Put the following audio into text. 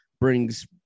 brings